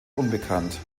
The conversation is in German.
unbekannt